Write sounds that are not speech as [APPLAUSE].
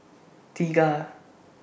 Tea [UNINTELLIGIBLE]